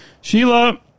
Sheila